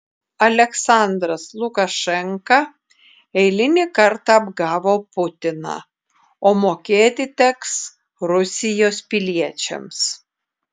aliaksandras lukašenka eilinį kartą apgavo putiną o mokėti teks rusijos piliečiams